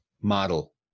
model